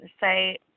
say